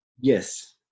Yes